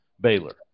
Baylor